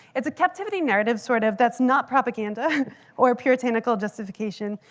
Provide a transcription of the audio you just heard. it's a captivity narrative sort of that's not propaganda or puritanical justification,